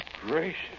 Gracious